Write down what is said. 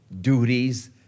duties